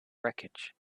wreckage